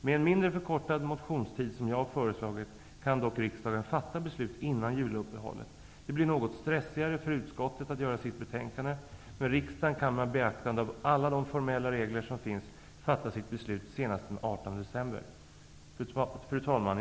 Med en mindre förkortad motionstid, som jag har föreslagit, kan dock riksdagen fatta beslut innan juluppehållet. Det blir något stressigare för utskottet att göra sitt betänkande, men riksdagen kan med beaktande av alla de formella regler som finns fatta sitt beslut senast den 18 december. Fru talman!